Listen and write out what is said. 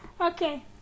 Okay